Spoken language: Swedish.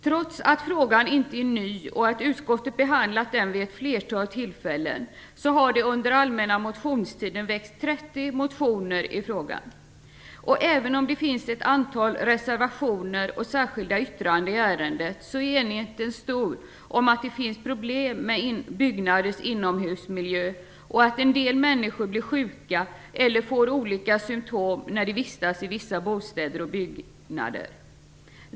Trots att frågan inte är ny och att utskottet behandlat den vid ett flertal tillfällen har det under allmänna motionstiden väckts 30 motioner i frågan. Och även om det finns ett antal reservationer och särskilda yttranden i ärendet är enigheten stor om att det finns problem med byggnaders inomhusmiljö och att en del människor blir sjuka eller får olika symtom när de vistas i vissa bostäder och byggnader.